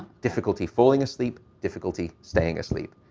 difficulty falling asleep, difficulty staying asleep.